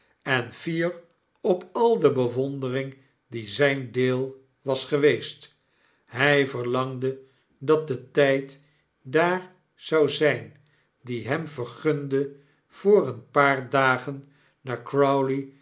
en tier op al de bewondering die zgn deel was geweest hg verlangde dat de tgd daar zou zgn die hem vergunde vooreenpaar dagen naar